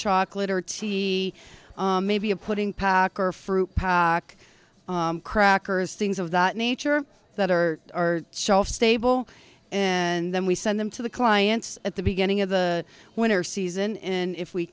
chocolate or t v maybe a putting pack or fruit pack crackers things of that nature that are our shelf stable and then we send them to the clients at the beginning of the winter season and if we